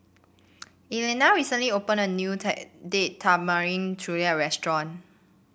Elliana recently opened a new Date Tamarind Chutney Restaurant